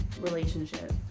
relationship